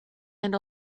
and